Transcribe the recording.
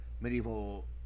medieval